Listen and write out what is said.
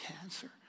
cancer